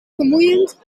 vermoeiend